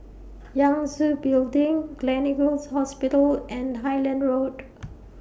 Yangtze Building Gleneagles Hospital and Highland Road